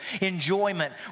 enjoyment